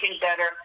better